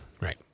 right